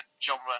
genre